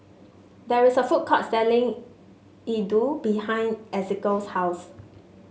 there is a food court selling Iaddu behind Ezequiel's house